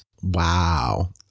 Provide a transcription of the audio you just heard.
Wow